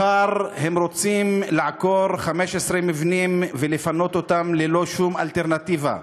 מחר הם רוצים לעקור 15 מבנים ולפנות אותם ללא שום אלטרנטיבה,